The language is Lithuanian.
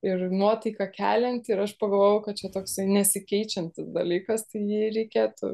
ir nuotaiką kelianti ir aš pagalvojau kad čia toksai nesikeičiantis dalykas tai jį reikėtų